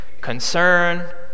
Concern